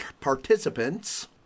participants